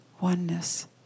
oneness